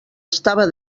estava